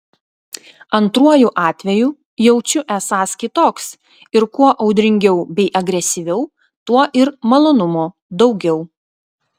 antruoju atveju jaučiu esąs kitoks ir kuo audringiau bei agresyviau tuo ir malonumo daugiau